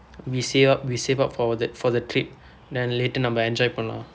we save up we save up for that for the trip then later நம்ம:namma enjoy பண்ணலாம்:pannalaam